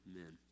Amen